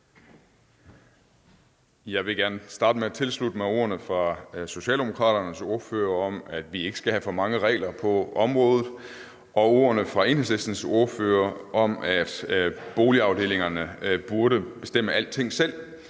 Jeg vil gerne starte med at tilslutte mig ordene fra Socialdemokraternes ordfører om, at vi ikke skal have for mange regler på området, og ordene fra Enhedslistens ordfører om, at boligafdelingerne burde bestemme alting selv.